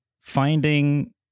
Finding